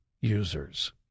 users